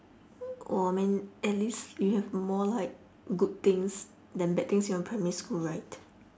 oh I mean at least you have more like good things than bad things in your primary school right